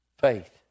Faith